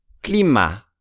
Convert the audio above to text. Clima